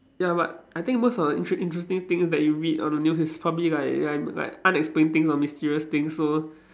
ya but I think most of the intere~ interesting things that you read on the news is probably like like like unexplained things or mysterious things so